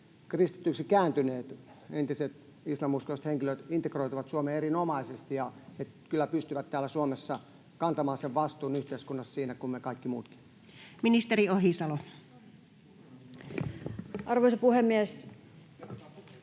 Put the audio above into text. kristityksi kääntyneet entiset islamuskoiset henkilöt integroituvat Suomeen erinomaisesti ja he kyllä pystyvät täällä Suomessa kantamaan vastuun yhteiskunnassa siinä kuin me kaikki muutkin. [Speech 19] Speaker: